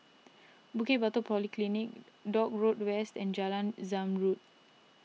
Bukit Batok Polyclinic Dock Road West and Jalan Zamrud